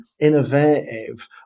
innovative